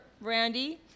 Randy